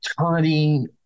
turning